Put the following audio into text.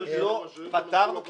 פתרנו,